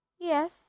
Yes